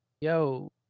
yo